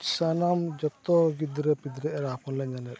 ᱥᱟᱱᱟᱢ ᱡᱚᱛᱚ ᱜᱤᱫᱽᱨᱟᱹ ᱯᱤᱫᱽᱨᱟᱹ ᱮᱨᱟ ᱠᱚᱞᱮ ᱧᱮᱞᱮᱫ ᱛᱟᱦᱮᱸ